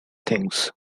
thinks